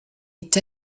est